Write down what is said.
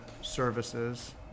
services